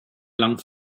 lang